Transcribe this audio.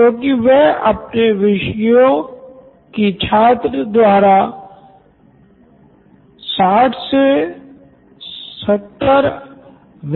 Nitin Kurian COO Knoin electronics तो ये सिर्फ इसलिए की हर अध्यापक छात्र से अपने विषय की अलग नोट बुक बनवाना चाहता है जिससे वो उसे सत्यापित से जुड़ा है